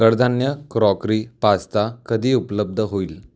कडधान्य crockery pasta कधी उपलब्ध होईल